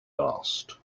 asked